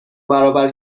برابر